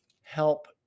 help